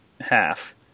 half